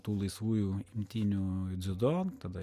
tų laisvųjų imtynių dziudo tada